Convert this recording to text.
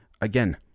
Again